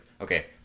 okay